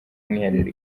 mwiherero